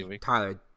tyler